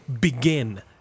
begin